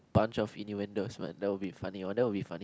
bunch of innuendoes man that will be funny that will be funny